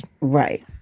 Right